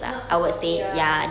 not supportive ah